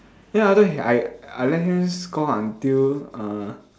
then after that I I let him score until err